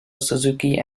suzuki